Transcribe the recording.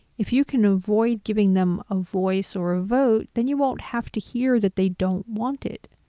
if you can avoid giving them a voice or a vote, then you won't have to hear that they don't want it.